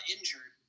Injured